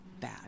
bad